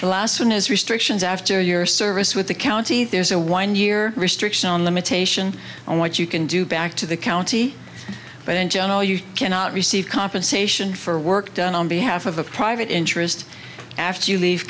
the last one is restrictions after your service with the county there's a one year restriction on limitation on what you can do back to the county but in general you cannot receive compensation for work done on behalf of a private interest after you leave